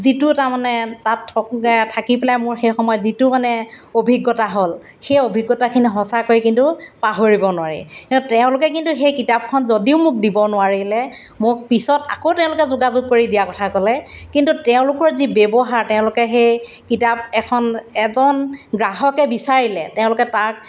যিটো তাৰমানে তাত থ থাকি পেলাই মোৰ সেই সময়ত যিটো মানে অভিজ্ঞতা হ'ল সেই অভিজ্ঞতাখিনি সঁচাকৈ কিন্তু পাহৰিব নোৱাৰি তেওঁলোকে কিন্তু সেই কিতাপখন যদিও মোক দিব নোৱাৰিলে মোক পিছত আকৌ তেওঁলোকে যোগাযোগ কৰি দিয়াৰ কথা ক'লে কিন্তু তেওঁলোকৰ যি ব্যৱহাৰ তেওঁলোকে সেই কিতাপ এখন এজন গ্ৰাহকে বিচাৰিলে তেওঁলোকে তাক